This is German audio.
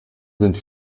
sind